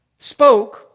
spoke